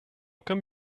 come